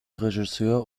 regisseur